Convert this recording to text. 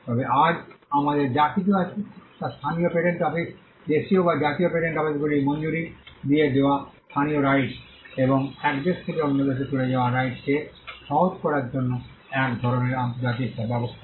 তবে আজ আমাদের যা কিছু আছে তা স্থানীয় পেটেন্ট অফিস দেশীয় বা জাতীয় পেটেন্ট অফিসগুলি মঞ্জুরি দিয়ে দেওয়া স্থানীয় রাইটস এবং এক দেশ থেকে অন্য দেশে চলে যাওয়ার রাইটস কে সহজ করার জন্য এক ধরণের আন্তর্জাতিক ব্যবস্থা